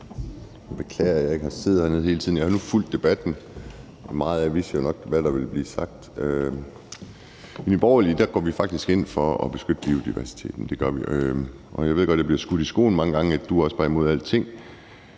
Jeg beklager, at jeg ikke har siddet hernede i salen hele tiden, men jeg har nu fulgt debatten, og med hensyn til meget af det vidste jeg nok, hvad der ville blive sagt. I Nye Borgerlige går vi faktisk ind for at beskytte biodiversiteten. Det gør vi. Jeg ved godt, at jeg mange gange bliver skudt i skoene, at jeg også bare er imod alting,